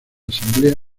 asamblea